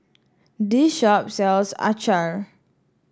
this shop sells acar